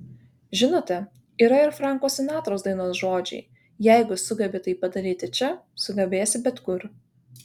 žinote yra ir franko sinatros dainos žodžiai jeigu sugebi tai padaryti čia sugebėsi bet kur